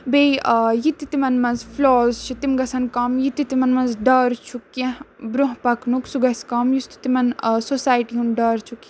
بیٚیہِ یہِ تہِ تِمن منٛز فٕلاز چھِ تِم گژھن کَم یہِ تہِ تِمن منٛز ڈر چھُ کیٚنٛہہ برونٛہہ پَکنُک سُہ گژھِ کَم یُس تہِ تِمن سوسایٹی ہُند ڈر چھُ